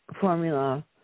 formula